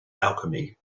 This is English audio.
alchemy